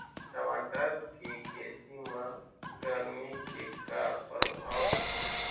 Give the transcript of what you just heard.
टमाटर के खेती म गरमी के का परभाव होही?